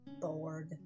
bored